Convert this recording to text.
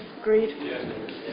Agreed